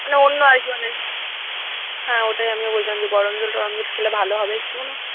মানে অন্য আর কি মানে হ্যাঁ ওটাই আমিও বলছিলাম যে গরম জল টরম জল খেলে ভালো হবে একটু কোনো